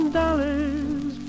dollars